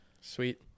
Sweet